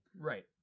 Right